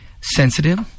sensitive